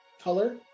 color